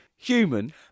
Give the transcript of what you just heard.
Human